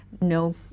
no